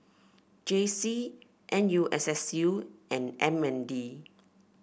J C N U S S U and M N D